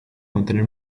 contener